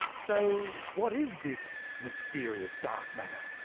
so what is this mysterious dark matter?